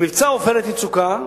במבצע "עופרת יצוקה"